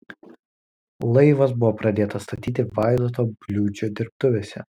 laivas buvo pradėtas statyti vaidoto bliūdžio dirbtuvėse